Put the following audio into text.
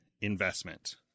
investment